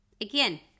Again